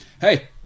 Hey